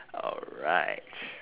alright